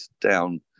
down